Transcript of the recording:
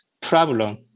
problem